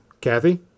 Kathy